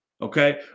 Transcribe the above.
Okay